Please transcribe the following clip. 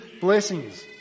blessings